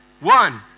one